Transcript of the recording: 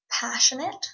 passionate